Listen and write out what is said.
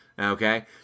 Okay